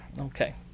Okay